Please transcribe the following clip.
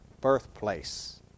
birthplace